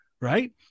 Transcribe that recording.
right